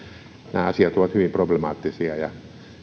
nämä asiat ovat hyvin problemaattisia ja